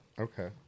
Okay